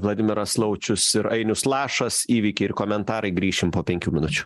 vladimiras laučius ir ainius lašas įvykiai ir komentarai grįšim po penkių minučių